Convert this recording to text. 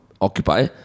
occupy